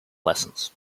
lessons